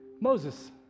Moses